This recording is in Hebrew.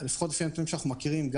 לפי הנתונים שאנחנו מכירים,